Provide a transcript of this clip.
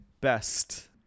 best